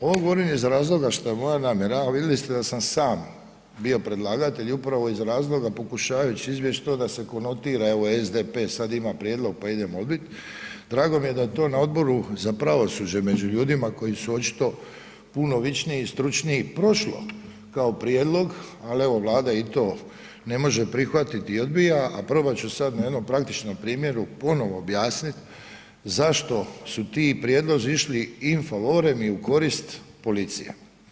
Ovo govorim iz razloga šta moja namjera a vidjeli ste sam sam bio predlagatelj upravo oz razloga pokušavajući izbjeć to da se konotira evo SDP sad ima prijedlog pa idemo odbit, drago je da to na Odboru za pravosuđe među ljudima koji su očito puno vičniji i stručniji prošlo kao prijedlog ali evo Vlada i to ne može prihvatiti i odbija a probat ću sad na jednom praktičnom primjeru ponovno objasnit zašto su ti prijedlozi išli in favorem i u korist policije.